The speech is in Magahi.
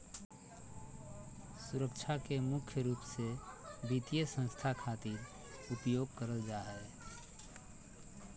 सुरक्षा के मुख्य रूप से वित्तीय संस्था खातिर उपयोग करल जा हय